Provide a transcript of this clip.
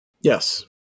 Yes